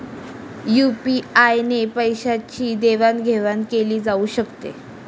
UPI ने पैशांची देवाणघेवाण केली जाऊ शकते